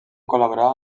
col·laborar